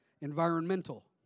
environmental